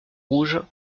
rouge